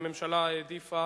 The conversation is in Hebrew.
והממשלה העדיפה